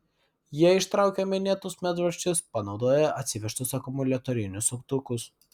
jie ištraukė minėtus medvaržčius panaudoję atsivežtus akumuliatorinius suktukus